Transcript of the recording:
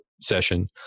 session